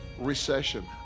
Recession